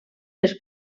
dels